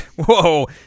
Whoa